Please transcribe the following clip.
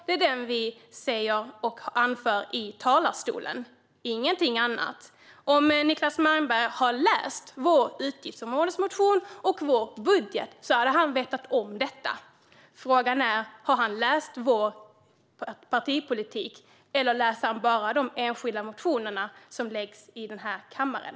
Det är den vi anför i talarstolen, ingenting annat. Om Niclas Malmberg har läst vår utgiftsområdesmotion och vår budget hade han vetat om detta. Frågan är: Har han läst vår partipolitik, eller läser han bara de enskilda motioner som läggs i den här kammaren?